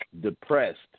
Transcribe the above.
depressed